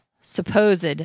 supposed